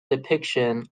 depiction